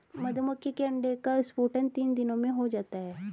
मधुमक्खी के अंडे का स्फुटन तीन दिनों में हो जाता है